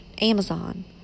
Amazon